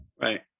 Right